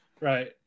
Right